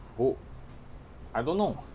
oh I don't know